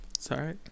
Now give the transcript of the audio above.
Sorry